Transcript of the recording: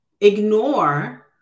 ignore